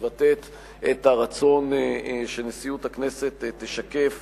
שמבטאת את הרצון שנשיאות הכנסת תשקף